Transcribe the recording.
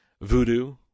voodoo